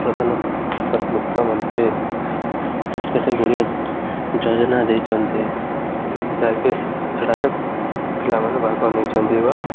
ପ୍ରଧାନ ମୁଖ୍ୟମନ୍ତ୍ରୀ କେତେ ଗୁଡ଼ିଏ ଯୋଜନା ଦେଇଛନ୍ତି ଯାହାକି ସେଠାରେ ପିଲାମାନେ ଭାଗ ନେଇଛନ୍ତି ବା